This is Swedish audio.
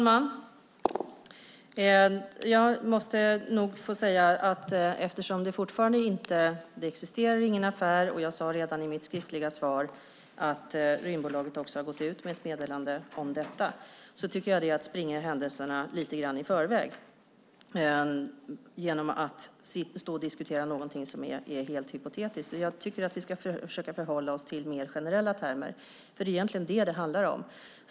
Herr talman! Det existerar fortfarande inte någon affär, och jag skrev redan i mitt skriftliga svar att Rymdbolaget har gått ut med ett meddelande om detta. Det är att springa händelserna lite grann i förväg att stå och diskutera någonting som är helt hypotetiskt. Jag tycker att vi ska försöka förhålla oss till mer generella termer, för det är egentligen det som det handlar om.